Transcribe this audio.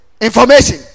information